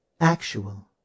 Actual